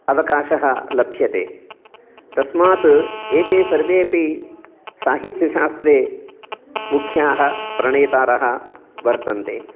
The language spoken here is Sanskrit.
अवकाशः लभ्यते तस्मात् एते सर्वे अपि साहित्यशास्त्रे मुख्याः प्रणेतारः वर्तन्ते